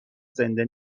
زنده